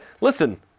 listen